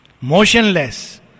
Motionless